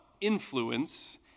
influence